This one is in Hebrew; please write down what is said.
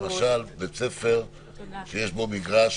למשל על בית ספר שיש בו מגרש